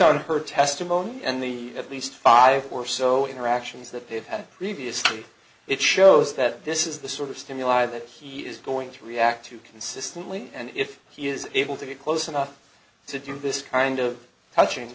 on her testimony and the at least five or so interactions that they've had previously it shows that this is the sort of stimuli that he is going to react to consistently and if he is able to get close enough to do this kind of touching